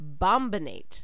Bombinate